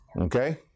Okay